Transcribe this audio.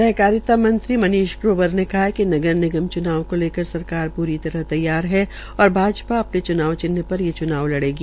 सहकारिता मंत्री मनीष ग्रोवर ने कहा है कि नगर निगम च्नाव को लेकर सरकार पूरी तरह तैयार है और भाजपा अपने च्नाव चिन्ह पर ये च्नाव लड़ेगी